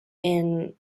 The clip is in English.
and